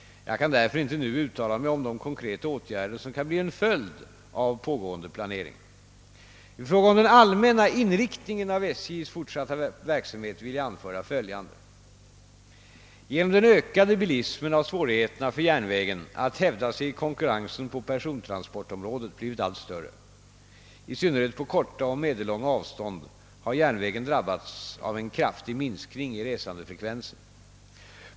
Jag kan därför inte nu uttala mig om de konkreta åtgärder som kan bli en följd av pågående planering. I fråga om den allmänna inriktningen av SJ:s fortsatta verksamhet vill jag anföra följande. Genom den ökade bilismen har svårigheterna för järnvägen att hävda sig i konkurrensen på persontransportområdet blivit allt större. I synnerhet på korta och medellånga avstånd har järnvägen drabbats av en kraftig minskning i resandefrekvensen.